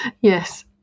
Yes